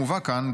המובא כאן,